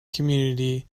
community